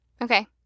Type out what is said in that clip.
Okay